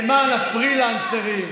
למען הפרילנסרים,